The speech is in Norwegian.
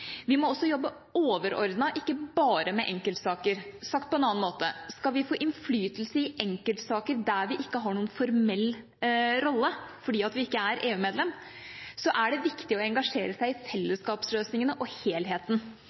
Vi må jobbe overordnet og ikke bare med enkeltsaker. Sagt på en annen måte: Skal vi få innflytelse i enkeltsaker der vi ikke har noen formell rolle fordi vi ikke er EU-medlem, er det viktig å engasjere seg i fellesskapsløsningene og helheten.